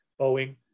Boeing